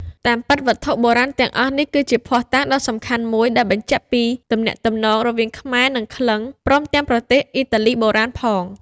តាមពិត វត្ថុបុរាណ ទាំងអស់នេះគឺជាភស្តុតាងដ៏សំខាន់មួយដែលបញ្ជាក់ពី ទំនាក់ទំនង រវាងខ្មែរនិង ក្លិង្គ ព្រមទាំងប្រទេស អ៊ីតាលីបុរាណ ផង។